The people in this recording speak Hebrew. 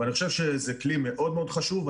אבל אני חושב שזה כלי מאוד מאוד חשוב.